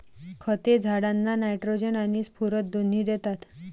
खते झाडांना नायट्रोजन आणि स्फुरद दोन्ही देतात